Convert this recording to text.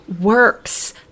works